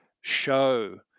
show